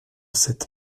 cette